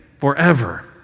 forever